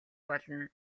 болно